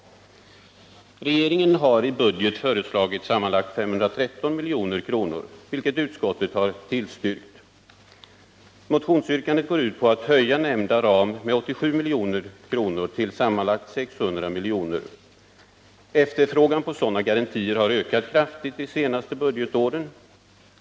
Regeringen har i budgeten föreslagit sammanlagt 513 milj.kr., vilket utskottet har tillstyrkt. Motionsyrkandet går ut på att höja nämnda ram med 87 milj.kr. till sammanlagt 600 milj.kr. Efterfrågan på sådana garantier har ökat kraftigt de senaste budgetåren.